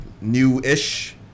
new-ish